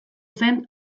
zen